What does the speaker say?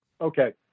Okay